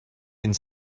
ins